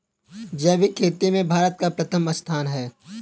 जैविक खेती में भारत का प्रथम स्थान है